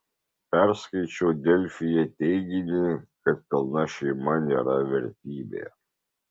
perskaičiau delfyje teiginį kad pilna šeima nėra vertybė